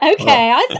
Okay